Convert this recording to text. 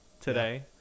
today